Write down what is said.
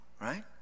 right